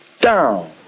down